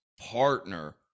partner